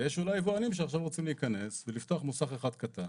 ויש אולי יבואנים שעכשיו רוצים להיכנס ולפתוח מוסך אחד קטן